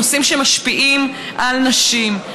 נושאים שמשפיעים על נשים.